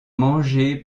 mangé